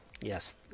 Yes